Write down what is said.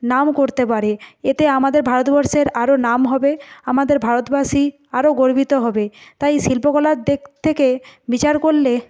নাম করতে পারে এতে আমাদের ভারতবর্ষের আরও নাম হবে আমাদের ভারতবাসী আরও গর্বিত হবে তাই শিল্পকলার দিক থেকে বিচার করলে